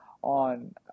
on